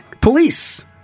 police